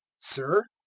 sir,